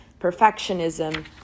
perfectionism